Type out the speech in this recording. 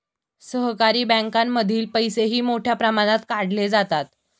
सहकारी बँकांमधील पैसेही मोठ्या प्रमाणात काढले जातात